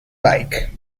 bike